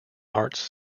arts